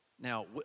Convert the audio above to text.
Now